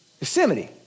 Yosemite